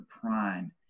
Prime